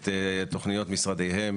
את תכוניות משרדיהם